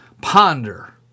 ponder